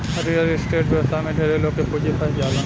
real estate व्यवसाय में ढेरे लोग के पूंजी फंस जाला